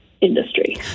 industry